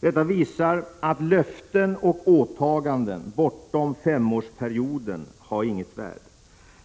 Detta visar att löften och åtaganden bortom femårsperioden inte har något värde.